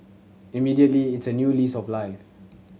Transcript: immediately it's a new lease of life